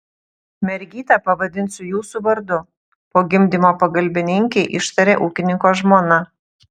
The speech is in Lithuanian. mergytę pavadinsiu jūsų vardu po gimdymo pagalbininkei ištarė ūkininko žmona